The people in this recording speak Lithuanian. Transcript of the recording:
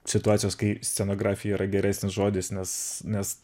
situacijos kai scenografija yra geresnis žodis nes nes